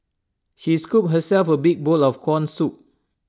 she scooped herself A big bowl of Corn Soup